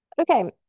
Okay